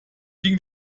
ging